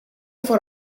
for